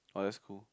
!wah! that's cool